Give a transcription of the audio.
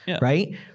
right